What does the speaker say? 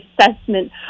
assessment